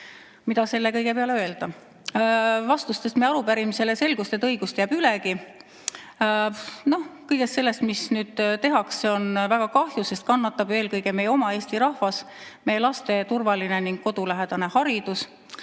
selle peale öelda? Vastustest meie arupärimisele selgus, et õigust jääb ülegi. Noh, kõigest sellest, mis nüüd tehakse, on väga kahju, sest kannatab eelkõige meie oma Eesti rahvas, meie laste turvaline ja kodulähedane haridus.